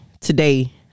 Today